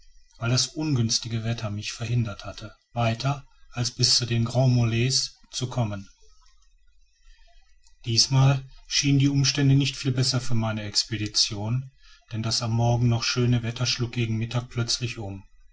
weil das ungünstige wetter mich verhindert hatte weiter als bis zu den grands mulets zu kommen dies mal schienen die umstände nicht viel besser für meine expedition denn das am morgen noch schöne wetter schlug gegen mittag plötzlich um